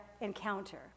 encounter